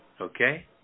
okay